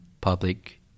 public